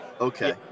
Okay